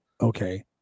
Okay